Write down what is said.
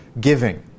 giving